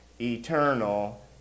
eternal